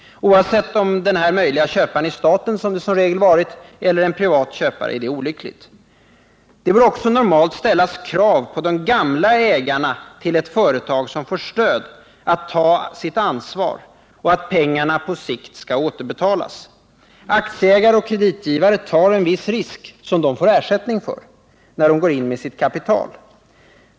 Oavsett om denna möjliga köpare är staten — som det som regel varit — eller en privat köpare är det olyckligt. Det bör också normalt ställas krav på att de gamla ägarna till ett företag som får stöd tar sitt ansvar och att pengarna på sikt skall återbetalas. Aktieägare och kreditgivare tar en viss risk — som de får ersättning för — när de går in med sitt kapital.